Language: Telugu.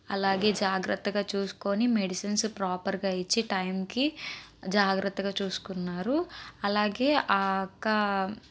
అలాగే జాగ్రత్తగా చూసుకొని మేడిషన్స్ ప్రాపర్గా ఇచ్చి టైంకి జాగ్రత్తగా చూసుకున్నారు అలాగే ఆ అక్క